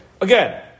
Again